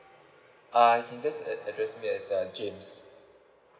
uh you can just address me as james